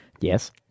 Yes